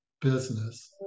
business